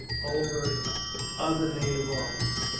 over other native armies.